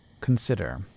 Consider